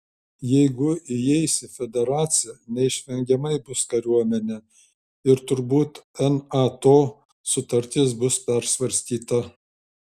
jeigu įeis į federaciją neišvengiamai bus kariuomenė ir turbūt nato sutartis bus persvarstyta